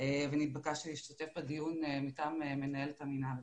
ונתבקשתי להתבקש בדיון מטעם מנהלת המינהל.